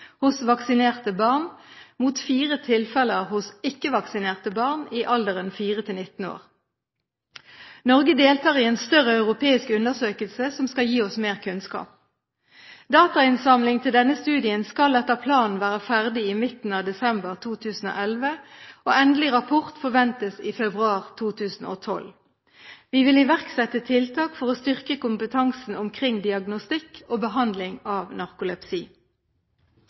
hos vaksinerte barn mot fire tilfeller hos ikke-vaksinerte barn i alderen 4–19 år. Norge deltar i en større europeisk undersøkelse som skal gi oss mer kunnskap. Datainnsamling til denne studien skal etter planen være ferdig i midten av desember 2011, og endelig rapport forventes i februar 2012. Vi vil iverksette tiltak for å styrke kompetansen omkring diagnostikk og behandling av narkolepsi.